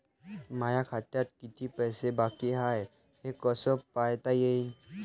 माया खात्यात कितीक पैसे बाकी हाय हे कस पायता येईन?